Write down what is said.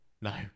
No